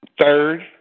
Third